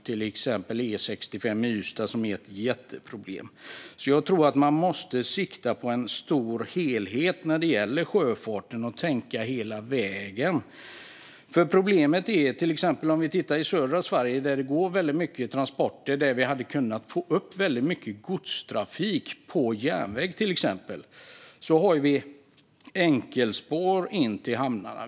Till exempel E65:an i Ystad är ett jätteproblem. Jag tror därför att man måste sikta på helheten och tänka hela vägen när det gäller sjöfarten. I södra Sverige, där det går väldigt mycket transporter och vi hade kunnat få upp väldigt mycket godstrafik på järnväg, har vi enkelspår in till hamnarna.